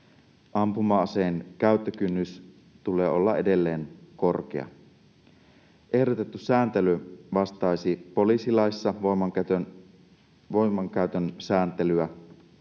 Ampuma-aseen käyttökynnyksen tulee olla edelleen korkea. Ehdotettu sääntely vastaisi voimankäytön sääntelyä